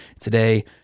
Today